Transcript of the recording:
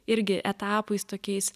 irgi etapais tokiais